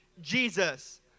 Jesus